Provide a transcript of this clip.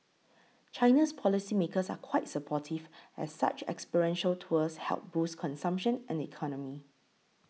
China's policy makers are quite supportive as such experiential tours help boost consumption and the economy